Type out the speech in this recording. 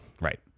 Right